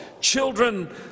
children